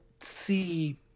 see